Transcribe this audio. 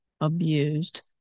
abused